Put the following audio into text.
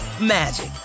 magic